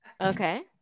Okay